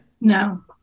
No